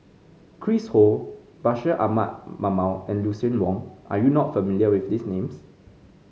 Chris Ho Bashir Ahmad Mallal and Lucien Wang are you not familiar with these names